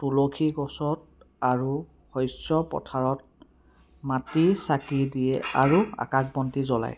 তুলসী গছত আৰু শস্য পথাৰত মাটিৰ চাকি দিয়ে আৰু আকাশবন্তি জলায়